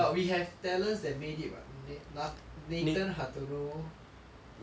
but we have talents that made it [what] na nathan hartono